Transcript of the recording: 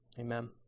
Amen